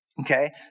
Okay